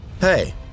Hey